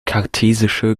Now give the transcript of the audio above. kartesische